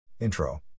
Intro